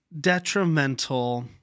detrimental